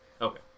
Okay